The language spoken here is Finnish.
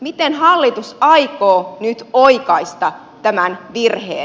miten hallitus aikoo nyt oikaista tämän virheen